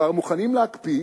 כבר מוכנים להקפיא